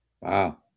Wow